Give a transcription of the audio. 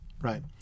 right